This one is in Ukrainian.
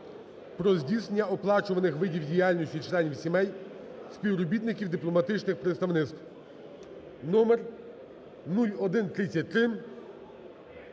про здійснення оплачуваних видів діяльності членами сімей співробітників дипломатичних представництв (№ 0133)